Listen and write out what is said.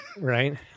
Right